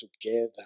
together